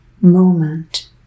moment